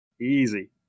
Easy